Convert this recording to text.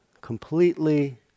completely